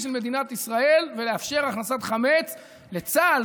של מדינת ישראל ולאפשר הכנסת חמץ לצה"ל,